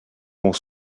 vont